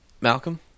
Malcolm